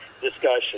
discussion